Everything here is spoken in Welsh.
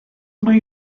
mae